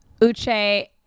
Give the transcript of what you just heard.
Uche